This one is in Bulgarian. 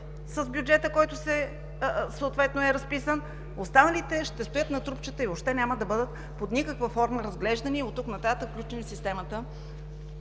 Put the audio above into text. с бюджета, който е разписан, а останалите ще стоят на трупчета и въобще няма да бъдат, под никаква форма, разглеждани и оттук нататък включени в системата